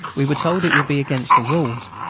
we were told it would be against the rules,